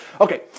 Okay